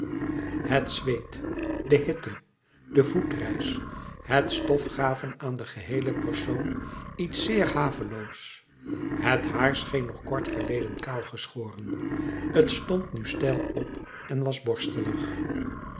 het zweet de hitte de voetreis het stof gaven aan den geheelen persoon iets zeer haveloos het haar scheen nog kort geleden kaal geschoren t stond nu steil op en was borstelig